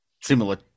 Similar